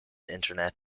internet